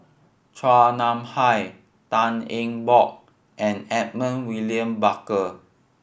Chua Nam Hai Tan Eng Bock and Edmund William Barker